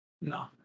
No